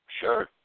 sure